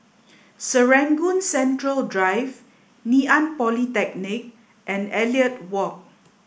Serangoon Central Drive Ngee Ann Polytechnic and Elliot Walk